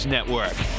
Network